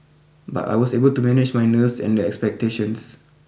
but I was able to manage my nerves and the expectations